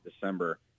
December